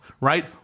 right